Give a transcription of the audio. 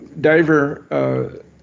diver